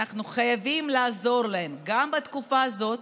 אנחנו חייבים לעזור להם גם בתקופה הזאת,